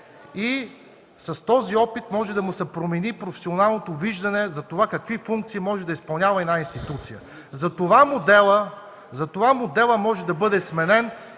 с този опит може да се промени професионалното му виждане какви функции може да изпълнява една институция. Затова моделът може да бъде сменен